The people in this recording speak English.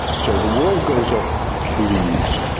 so the world goes up through the east,